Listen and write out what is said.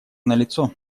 налицо